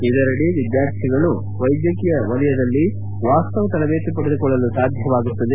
ಇದರದಿ ವಿದ್ಯಾರ್ಥಿಗಳು ವೈದ್ಯಕೀಯ ಶಿಕ್ಷಣದಲ್ಲಿ ವಾಸ್ತವ ತರಬೇತಿ ಪಡೆದುಕೊಳ್ಳಲು ಸಾಧ್ಯವಾಗುತ್ತದೆ